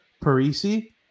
Parisi